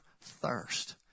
thirst